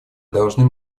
должны